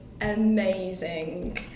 amazing